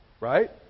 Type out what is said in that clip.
Right